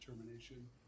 determination